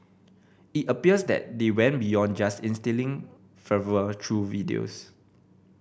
it appears that they went beyond just instilling fervour through videos